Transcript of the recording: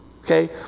Okay